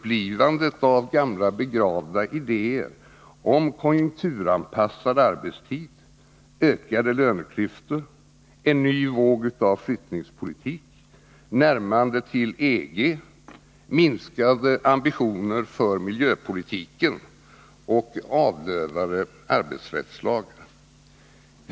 (omfattvandet av gamla begravda idéer om konjunkturanpassad arbetstid, ökade löneklyftor, en ny våg av flyttningspolitik, närmande till EG, minskade ambitioner för miljöpolitiken och avlövade arbetsrättslagar?